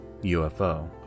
UFO